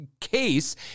case